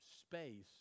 space